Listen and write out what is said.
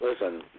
listen